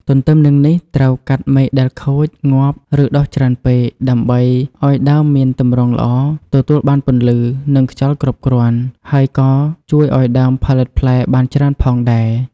ទន្ទឹមនឹងនេះ ត្រូវកាត់មែកដែលខូច ងាប់ ឬដុះច្រើនពេក ដើម្បីឱ្យដើមមានទម្រង់ល្អ ទទួលបានពន្លឺ និងខ្យល់គ្រប់គ្រាន់ ហើយក៏ជួយឱ្យដើមផលិតផ្លែបានច្រើនផងដែរ។